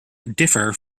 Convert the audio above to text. differ